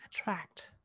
attract